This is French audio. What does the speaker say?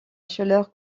chaleur